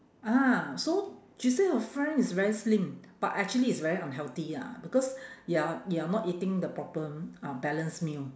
ah so she say her friend is very slim but actually it's very unhealthy lah because you're you're not eating the proper uh balanced meal